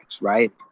right